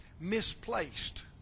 misplaced